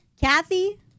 Kathy